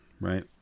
right